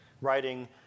writing